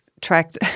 tracked